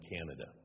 Canada